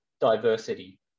diversity